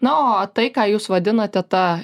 na o tai ką jūs vadinate ta